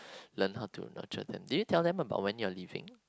learn how to matured them do you tell them about when you're leaving